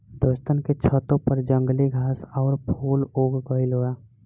दोस्तन के छतों पर जंगली घास आउर फूल उग गइल बा